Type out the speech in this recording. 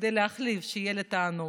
כדי להחליף, שיהיה לתענוג?